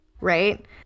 right